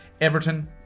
Everton